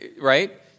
right